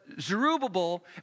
Zerubbabel